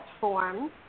forms